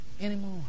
anymore